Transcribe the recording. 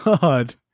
God